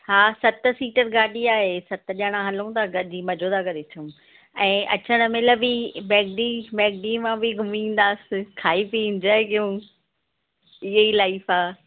हा सत सीटर गाॾी आहे सत ॼणा हलूं था गॾिजी मज़ो था करे अचूं ऐं अचण महिल बि बैग्डी मैक्डी मां बि घुमी ईंदासीं खाई पी इंजॉइ कयूं इहा ई लाइफ आहे